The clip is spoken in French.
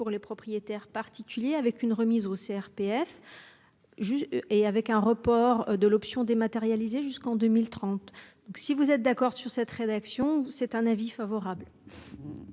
les propriétaires particuliers avec une remise au CRPF. Juge et avec un report de l'option dématérialisé jusqu'en 2030. Donc si vous êtes d'accord sur cette rédaction c'est un avis favorable.